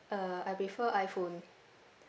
uh I prefer iphone